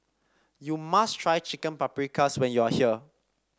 you must try Chicken Paprikas when you are here